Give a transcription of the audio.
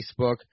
Facebook